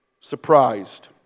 surprised